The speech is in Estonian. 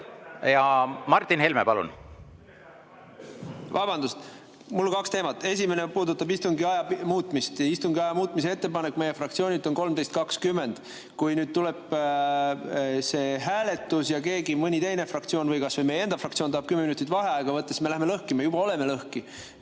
Martin Helme, palun! Vabandust! Mul on kaks teemat. Esimene puudutab istungi aja muutmist. Istungi aja muutmise ettepanek meie fraktsioonilt on kell 13.20. Kui nüüd tuleb hääletus ja mõni teine fraktsioon või kas või meie enda fraktsioon tahab kümme minutit vaheaega võtta, siis me läheme lõhki. Me juba oleme lõhki.